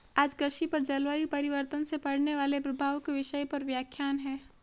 आज कृषि पर जलवायु परिवर्तन से पड़ने वाले प्रभाव के विषय पर व्याख्यान है